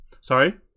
Sorry